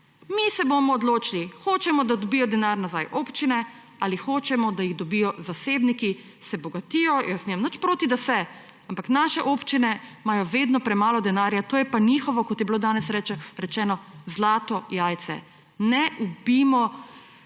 Mi se bomo odločili. Hočemo, da dobijo denar nazaj občine, ali hočemo, da jih dobijo zasebniki, se bogatijo, jaz nimam nič proti, da se, ampak našle občine imajo vedno premalo denarja. To je pa njihovo, kot je bilo danes rečeno, zlato jajce. Na ubijmo